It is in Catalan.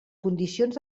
condicions